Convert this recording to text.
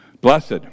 Blessed